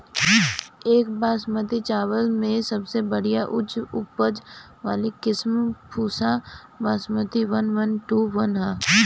एक बासमती चावल में सबसे बढ़िया उच्च उपज वाली किस्म Pusa basmati one one two one ह?